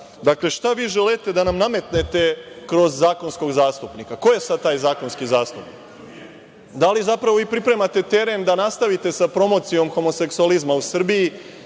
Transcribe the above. šta vi želite da nam nametnete kroz zakonskog zastupnika? Ko je sad taj zakonski zastupnik? Da li, zapravo, vi pripremate teren da nastavite sa promocijom homoseksualizma u Srbiji,